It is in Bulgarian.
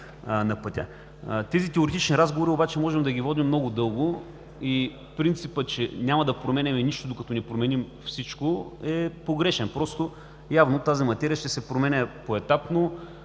Тези теоретични разговори обаче можем да ги водим много дълго и принципът, че няма да променяме нищо, докато не променим всичко, е погрешен. Явно тази материя ще се променя поетапно